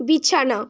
বিছানা